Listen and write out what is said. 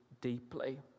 deeply